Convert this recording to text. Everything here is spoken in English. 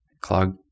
clog